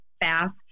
fast